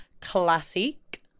Classic